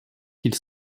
qu’il